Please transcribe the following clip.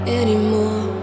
anymore